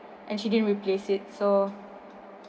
and she didn't replace it so